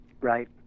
Right